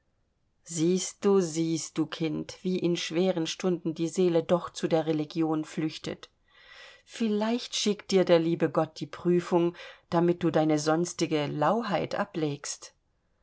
siehst du siehst du kind wie in schweren stunden die seele doch zu der religion flüchtet vielleicht schickt dir der liebe gott die prüfung damit du deine sonstige lauheit ablegst